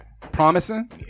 promising